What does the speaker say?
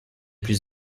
plus